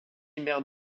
maire